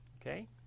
okay